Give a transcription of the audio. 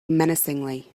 menacingly